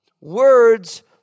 Words